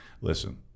Listen